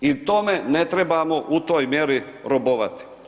I tome ne trebamo u toj mjeri robovati.